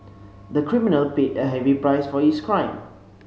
the criminal paid a heavy price for his crime